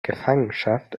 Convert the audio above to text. gefangenschaft